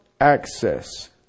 access